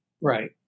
Right